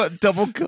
Double